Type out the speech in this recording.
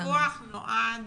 הפיקוח נועד